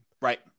right